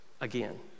again